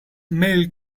milk